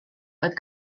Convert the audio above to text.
oedd